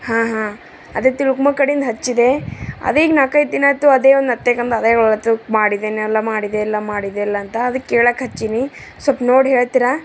ಹಾಂ ಹಾಂ ಅದೆ ತಿಳ್ಕೊಂಬ ಕಡಿಂದ ಹಚ್ಚಿದೆ ಅದೇ ಈಗ ನಾಲ್ಕೈದು ದಿನ ಆಯಿತು ಅದೇ ಒಂದು ಮಾಡಿದ್ದೆನೊ ಇಲ್ಲ ಮಾಡಿದ್ದೆ ಇಲ್ಲ ಮಾಡಿದ್ದೆ ಇಲ್ಲ ಅಂತ ಅದು ಕೇಳಕ್ಕೆ ಹಚ್ಚೀನಿ ಸ್ವಲ್ಪ ನೋಡಿ ಹೇಳ್ತೀರ